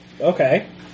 Okay